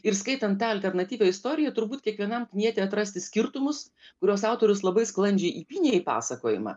ir skaitant tą alternatyvią istoriją turbūt kiekvienam knieti atrasti skirtumus kurios autorius labai sklandžiai įpynė į pasakojimą